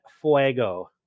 Fuego